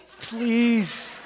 Please